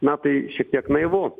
na tai šiek tiek naivu